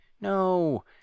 No